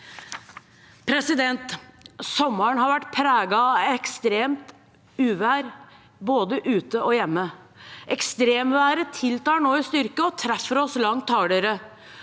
sikkerhet. Sommeren har vært preget av ekstremt uvær, både ute og hjemme. Ekstremværet tiltar nå i styrke og treffer oss langt hardere.